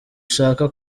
ushaka